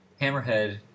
hammerhead